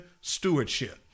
stewardship